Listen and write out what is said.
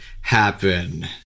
happen